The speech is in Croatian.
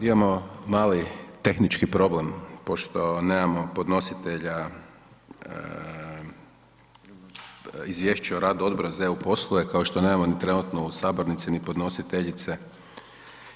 Imamo mali tehnički problem, pošto nemamo podnositelja izvješća o radu Odbora za eu poslove kao što nemamo trenutno u sabornici ni podnositeljice